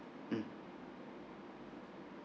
mm